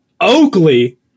Oakley